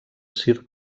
circ